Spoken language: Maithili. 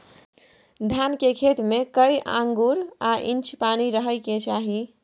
धान के खेत में कैए आंगुर आ इंच पानी रहै के चाही?